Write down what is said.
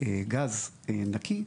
גז נקי,